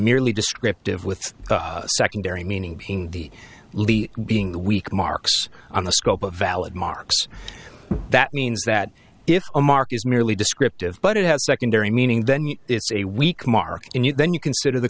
merely descriptive with a secondary meaning being the lead being weak marks on the scope of valid marks that means that if a mark is merely descriptive but it has secondary meaning then it's a week mark and you then you consider the